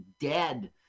dead